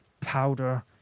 powder